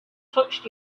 touched